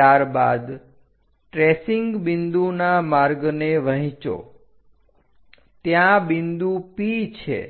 ત્યારબાદ ટ્રેસિંગ બિંદુના માર્ગને વહેંચો ત્યાં બિંદુ P છે